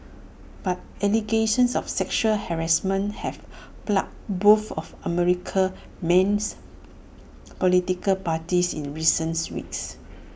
but allegations of sexual harassment have plagued both of America's mains political parties in recent weeks